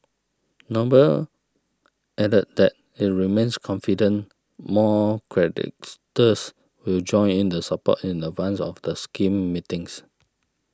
noble added that it remains confident more creditors will join in support in advance of the scheme meetings